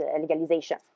legalization